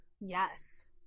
yes